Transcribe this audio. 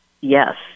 Yes